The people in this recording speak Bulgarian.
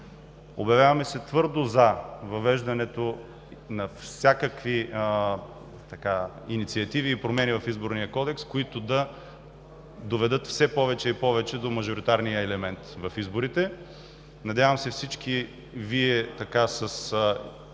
Обявяваме се твърдо „за“ въвеждането на всякакви инициативи и промени в Изборния кодекс, които да доведат все повече и повече до мажоритарния елемент в изборите. Надявам се всички Вие с